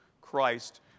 Christ